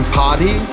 party